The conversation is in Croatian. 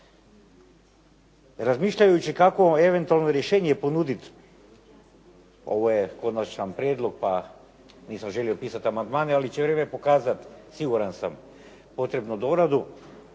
Razmišljajući kakovo eventualno rješenje ponuditi, ovo je konačni prijedlog pa nisam želio pisati amandmane ali će vrijeme pokazati siguran sam potrebnu doradu.